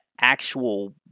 actual